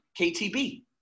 KTB